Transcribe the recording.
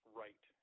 right